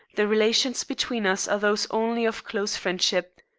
the relations between us are those only of close friendship.